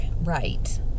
Right